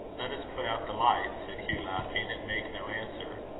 let us put out the light. said hugh laughing, and make no answer.